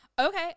Okay